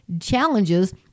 challenges